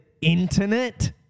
internet